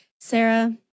Sarah